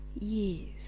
years